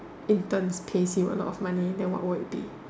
interns pays you a lot of money then what would it be